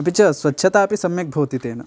अपि च स्वच्छता अपि सम्यक् भवति तेन